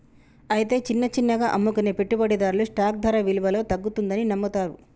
అయితే చిన్న చిన్నగా అమ్ముకునే పెట్టుబడిదారులు స్టాక్ ధర విలువలో తగ్గుతుందని నమ్ముతారు